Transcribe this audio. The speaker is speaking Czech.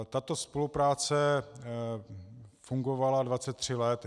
Tato spolupráce fungovala dvacet tři let.